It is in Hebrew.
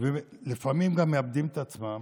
ולפעמים גם מאבדים את עצמם,